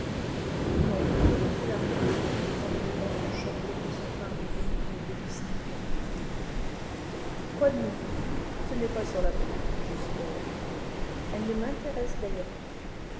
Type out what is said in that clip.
non répondit l'artiste en remettant son chapeau et son pardessus au domestique incliné quoi de nouveau ce n'est pas sur la politique jespère elle ne m'intéresse d'ailleurs pas